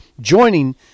joining